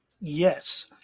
Yes